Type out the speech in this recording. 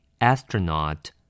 Astronaut